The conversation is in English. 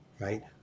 right